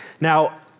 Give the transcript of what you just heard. Now